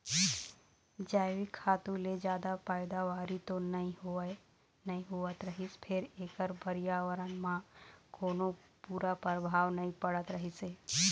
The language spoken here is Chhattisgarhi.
जइविक खातू ले जादा पइदावारी तो नइ होवत रहिस फेर एखर परयाबरन म कोनो बूरा परभाव नइ पड़त रहिस हे